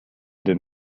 den